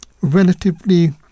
relatively